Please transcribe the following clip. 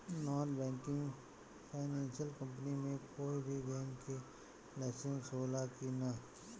Non banking financial company मे कोई भी बैंक के लाइसेन्स हो ला कि ना?